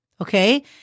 okay